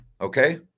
okay